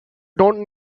don’t